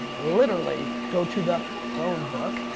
literally go to the phone book.